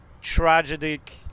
tragic